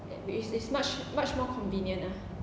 which is much much much more convenient ah